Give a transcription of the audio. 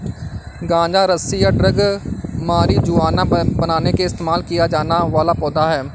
गांजा रस्सी या ड्रग मारिजुआना बनाने के लिए इस्तेमाल किया जाने वाला पौधा है